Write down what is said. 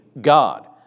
God